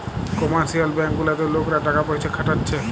commercial bank গুলাতে লোকরা টাকা পয়সা খাটাচ্ছে